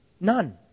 None